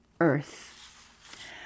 Earth